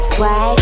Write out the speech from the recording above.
Swag